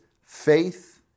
faith